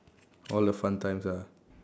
all the fun times ah